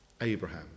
Abraham